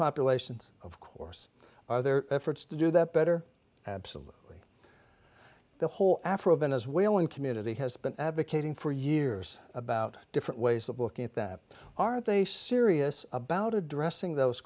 populations of course are there efforts to do that better absolutely the whole afro venezuelan community has been advocating for years about different ways of looking at that are they serious about addressing those